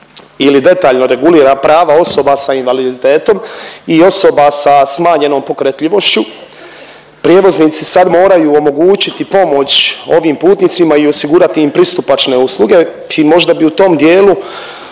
ili detaljno regulira prava osoba sa invaliditetom i osoba sa smanjenom pokretljivošću. Prijevoznici sad moraju omogućiti pomoć ovim putnicima i osigurati im pristupačne usluge i možda bi u tom dijelu